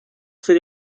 ser